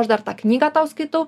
o aš dar tą knygą tau skaitau